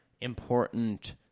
important